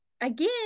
Again